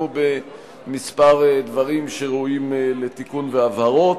בכמה דברים שראויים לתיקון והבהרות.